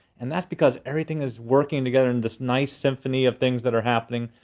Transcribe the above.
and that's because everything is working together in this nice symphony of things that are happening.